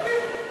סעיפים